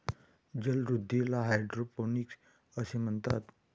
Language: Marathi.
जलवृद्धीला हायड्रोपोनिक्स असे म्हणतात